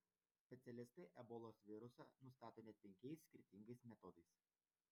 specialistai ebolos virusą nustato net penkiais skirtingais metodais